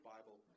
Bible